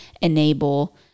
enable